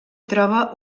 troba